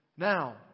Now